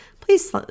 please